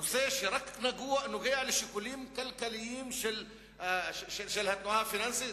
נושא שרק נוגע לשיקולים כלכליים של התנועה הפיננסית?